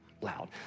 loud